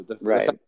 Right